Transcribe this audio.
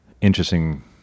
interesting